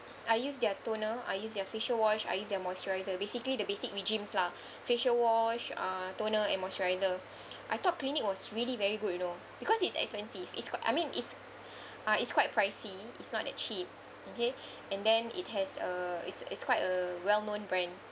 I use their toner I use their facial wash I use their moisturizer basically to basic regimes lah facial wash uh toner and moisturizer I thought Clinique was really very good you know because it's expensive it's quite I mean it's uh it's quite pricey is not a cheap okay and then it has a it's it's quite a well-known brand